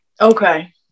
Okay